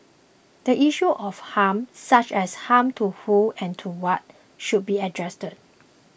the issue of harm such as harm to whom and to what should be addressed